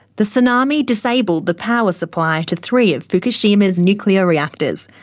the tsunami disabled the power supply to three of fukushima's nuclear reactors,